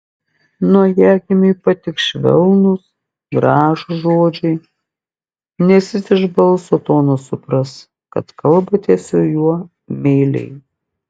naujagimiui patiks švelnūs gražūs žodžiai nes jis iš balso tono supras kad kalbate su juo meiliai